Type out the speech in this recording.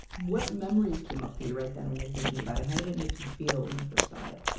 what memories came up for you right then, when you were thinking about it? how did it make you feel when you first saw it?